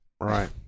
Right